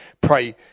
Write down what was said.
pray